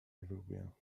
everywhere